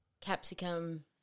capsicum